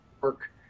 work